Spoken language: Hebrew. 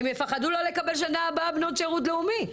הם יפחדו לא לקבל שנה הבאה בנות שירות לאומי.